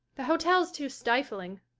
the hotel's too stifling.